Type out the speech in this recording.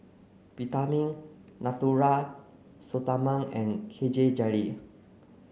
Peptamen Natura Stoma and K J Jelly